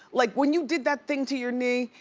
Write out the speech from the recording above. like when you did that thing to your knee,